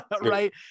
Right